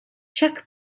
czech